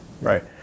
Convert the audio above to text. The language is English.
Right